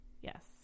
Yes